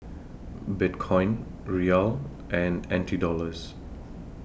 Bitcoin Riyal and N T Dollars